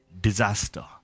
disaster